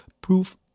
proof